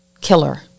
killer